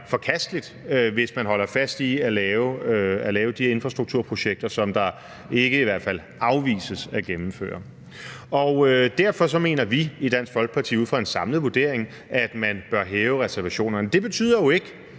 forkasteligt, hvis man holder fast i at lave de infrastrukturprojekter, som det i hvert fald ikke afvises at gennemføre. Og derfor mener vi i Dansk Folkeparti ud fra en samlet vurdering, at man bør hæve reservationerne. Det betyder jo ikke,